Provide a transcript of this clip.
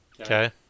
Okay